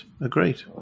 Agreed